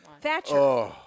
Thatcher